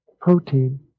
protein